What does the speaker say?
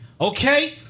okay